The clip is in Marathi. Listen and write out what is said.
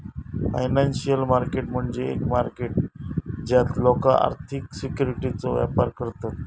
फायनान्शियल मार्केट म्हणजे एक मार्केट ज्यात लोका आर्थिक सिक्युरिटीजचो व्यापार करतत